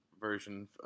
version